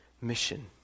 Mission